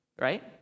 Right